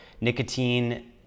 nicotine